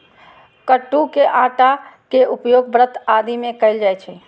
कट्टू के आटा के उपयोग व्रत आदि मे कैल जाइ छै